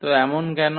তো এমন কেন